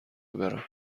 برم